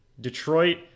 Detroit